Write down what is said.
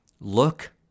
look